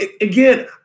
Again